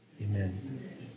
Amen